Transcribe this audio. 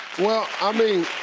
well, i mean,